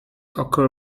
occur